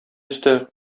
өсте